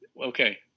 Okay